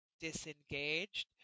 disengaged